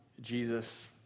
Jesus